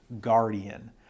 guardian